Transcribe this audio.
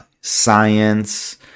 science